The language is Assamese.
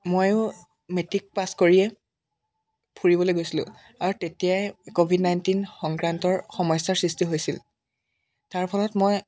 ময়ো মেট্ৰিক পাছ কৰিয়ে ফুৰিবলৈ গৈছিলোঁ আৰু তেতিয়াই ক'ভিড নাইণ্টিন সংক্ৰান্তৰ সমস্যাৰ সৃষ্টি হৈছিল তাৰ ফলত মই